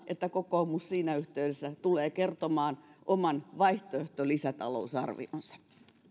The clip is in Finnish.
että kokoomus siinä yhteydessä tulee kertomaan oman vaihtoehtolisätalousarvionsa